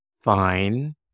fine